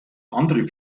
andere